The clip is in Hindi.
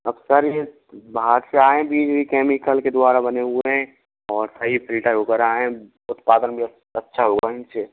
अब सर ये बाहर से आए हैं बीज केमिकल के द्वारा बने हुए हैं और सही फ़िल्टर हो कर आए हैं उत्पादन भी अच्छा हुआ है इनसे